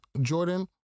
Jordan